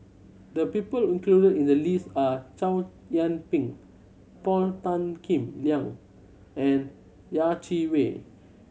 the people included in the list are Chow Yian Ping Paul Tan Kim Liang and Yeh Chi Wei